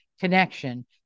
connection